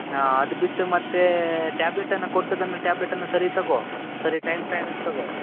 ಹಾಂ ಅದು ಬಿಟ್ಟು ಮತ್ತು ಟ್ಯಾಬ್ಲೆಟನ್ನು ಕೊಟ್ಟದನ್ನು ಟ್ಯಾಬ್ಲೆಟನ್ನು ಸರಿ ತಗೋ ಸರಿ ಟೈಮ್ ಟೈಮಿಗೆ ತಗೋ